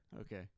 Okay